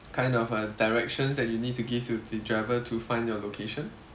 kind of uh directions that you need to give to the driver to find your location